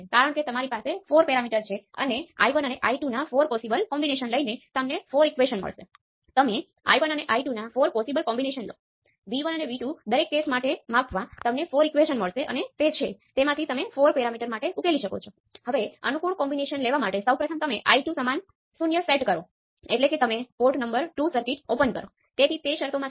આ કેસમાં મારી પાસે 1 1 પ્રાઇમ અથવા 2 3 પ્રાઇમ અને 1 1 પ્રાઇમ અને 2 2 પ્રાઇમ વચ્ચે પેરેલલ જોડાયેલ રેઝિસ્ટન્સ સમાન ટર્મિનલ છે પરંતુ તેનાથી કોઇ ફરક પડતો નથી